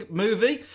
movie